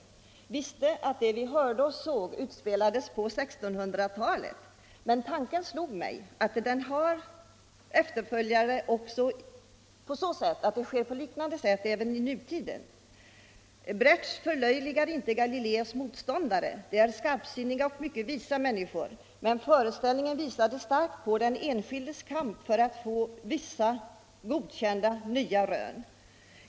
Jag visste att det vi hörde och såg utspelades på 1600-talet, 6 mars 1975 men tanken slog mig att det går till på liknande sätt även i nutiden. Brecht förlöjligar inte Galileis motståndare, de är skarpsinniga och mycket Om eroderingen i visa människor, men föreställningen gav ett starkt intryck av den en = strandområdet vid skildes kamp för att få vissa nya rön godkända.